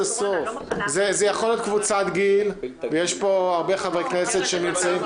זה יכול להיות קבוצת גיל ויש פה הרבה חברי כנסת שנמצאים.